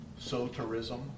soterism